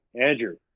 Andrew